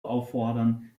auffordern